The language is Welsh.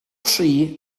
tri